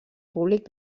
públic